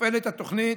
מופעלת התוכנית